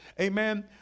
Amen